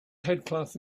headcloth